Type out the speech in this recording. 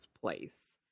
place